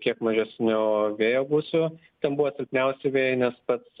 kiek mažesnių vėjo gūsių ten buvo silpniausi vėjai nes pats